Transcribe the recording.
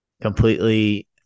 Completely